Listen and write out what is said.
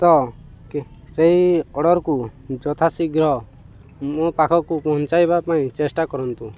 ତ ସେହି ଅର୍ଡ଼ରକୁ ଯଥା ଶୀଘ୍ର ମୋ ପାଖକୁ ପହଞ୍ଚାଇବା ପାଇଁ ଚେଷ୍ଟା କରନ୍ତୁ